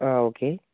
ആ ഓക്കേ